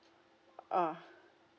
ugh ah